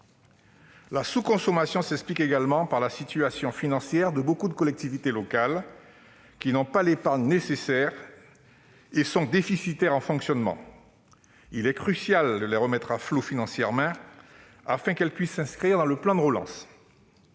La sous-consommation s'explique également par la situation financière de nombreuses collectivités locales, qui ne disposent pas de l'épargne nécessaire et qui souffrent d'un déficit du compte de fonctionnement. Il est crucial de les remettre à flot financièrement, afin qu'elles puissent s'inscrire dans le plan de relance.